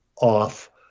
off